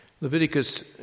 Leviticus